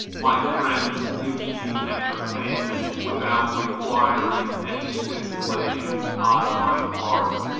my friend gives me entertainment without requiring any stipulation on my part.